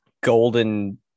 golden